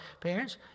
parents